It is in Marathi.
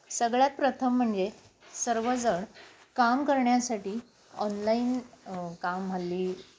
सगळ्यात प्रथम म्हणजे सर्वजण काम करण्यासाठी ऑनलाईन काम हल्ली